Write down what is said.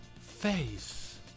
face